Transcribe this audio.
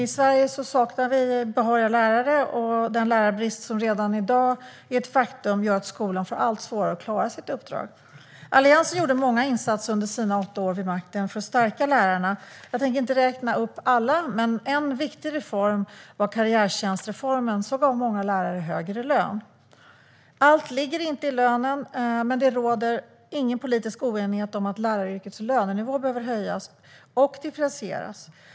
I Sverige saknar vi behöriga lärare, och den lärarbrist som redan i dag är ett faktum gör att skolan får allt svårare att klara sitt uppdrag. Alliansen gjorde många insatser under sina åtta år vid makten för att stärka lärarna. Jag tänkte inte räkna upp alla, men en viktig reform var karriärtjänstreformen, som gav många lärare högre lön. Allt ligger inte i lönen, men det råder ingen politisk oenighet om att läraryrkets lönenivå behöver höjas och att lönerna behöver differentieras.